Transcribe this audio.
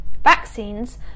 Vaccines